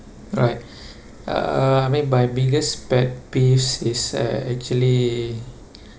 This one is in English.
right uh I mean my biggest pet peeves is uh actually